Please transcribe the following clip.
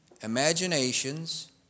imaginations